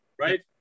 right